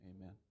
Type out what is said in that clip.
Amen